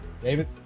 David